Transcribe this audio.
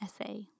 essay